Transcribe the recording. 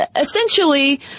essentially